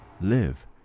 Live